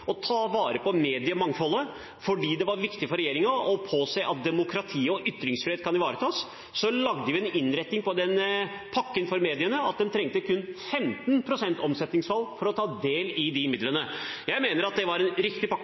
ta vare på mediemangfoldet og påse at demokratiet og ytringsfriheten kunne ivaretas, lagde vi en innretning på pakken for mediene som gjorde at de trengte et omsetningsfall på kun 15 pst. for å ta del i de midlene. Jeg mener det var en riktig pakke